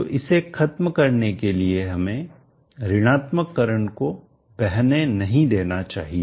तो इसे खत्म करने के लिए हमें ऋणात्मक करंट को बहने नहीं देना चाहिए